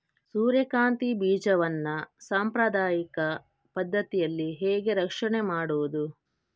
ಸೂರ್ಯಕಾಂತಿ ಬೀಜವನ್ನ ಸಾಂಪ್ರದಾಯಿಕ ಪದ್ಧತಿಯಲ್ಲಿ ಹೇಗೆ ರಕ್ಷಣೆ ಮಾಡುವುದು